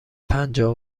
پنجاه